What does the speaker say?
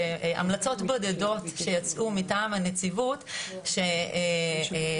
והמלצות בודדות שיצאו מטעם הנציבות שהונחינו